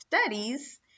studies